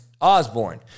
Osborne